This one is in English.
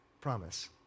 promise